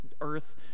earth